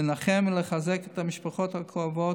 לנחם ולחזק את המשפחות הכואבות,